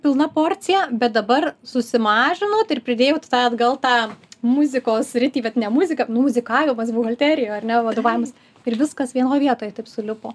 pilna porcija bet dabar susimažinot ir pridėjot atgal tą muzikos sritį bet ne muzika nu muzikavimas buhalterijoj ar ne vadovavimas ir viskas vienoj vietoje taip sulipo